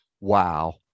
Wow